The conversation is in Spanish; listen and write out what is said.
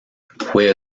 fue